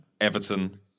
Everton